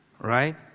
right